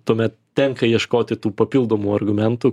tuomet tenka ieškoti tų papildomų argumentų